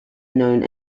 known